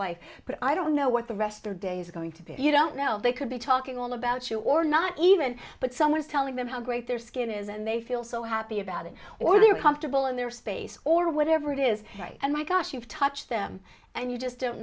life but i don't know what the rest of days are going to be you don't know they could be talking all about you or not even but someone's telling them how great their skin is and they feel so happy about it or they're comfortable in their space or whatever it is and my gosh you touch them and you just don't